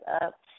up